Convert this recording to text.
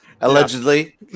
allegedly